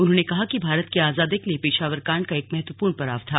उन्होंने कहा कि भारत की आजादी के लिए पेशावर कांड एक महत्वपूर्ण पड़ाव था